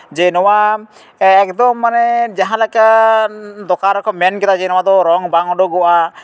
ᱡᱮ ᱱᱚᱣᱟ ᱮᱠᱫᱚᱢ ᱢᱟᱱᱮ ᱡᱟᱦᱟᱸ ᱞᱮᱠᱟ ᱫᱚᱠᱟᱱ ᱨᱮᱠᱚ ᱢᱮᱱ ᱠᱮᱫᱟ ᱡᱮ ᱱᱚᱣᱟ ᱫᱚ ᱨᱚᱝ ᱵᱟᱝ ᱩᱰᱩᱠᱚᱜᱼᱟ